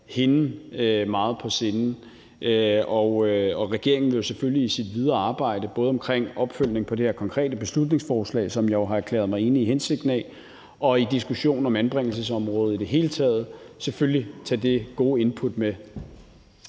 hende meget på sinde. Og regeringen vil jo selvfølgelig i sit videre arbejde, både omkring opfølgning på det her konkrete beslutningsforslag, som jeg jo har erklæret mig enig i hensigten i, og i diskussionen om anbringelsesområdet i det hele taget, tage det gode input med.